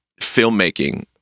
filmmaking